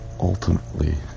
ultimately